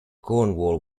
cornwall